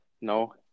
No